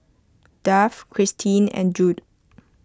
Duff Christine and Jude